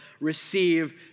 receive